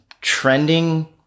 trending